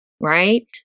right